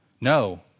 No